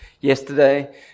yesterday